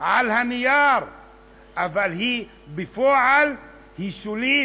על הנייר אבל בפועל היא שולית,